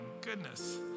goodness